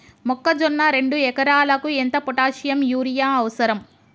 మొక్కజొన్న రెండు ఎకరాలకు ఎంత పొటాషియం యూరియా అవసరం?